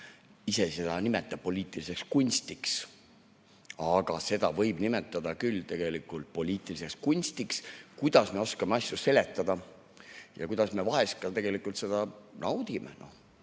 seda poliitiliseks kunstiks. Ja seda võib nimetada küll poliitiliseks kunstiks, kuidas me oskame asju seletada ja kuidas me vahest seda tegelikult ka naudime.